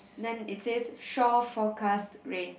then it says shore forecast rain